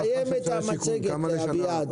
תסיים את המצגת, אביעד.